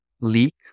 leak